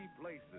places